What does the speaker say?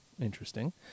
Interesting